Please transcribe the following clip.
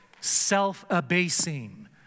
self-abasing